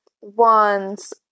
wands